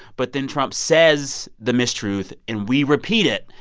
but then trump says the mistruth, and we repeat it.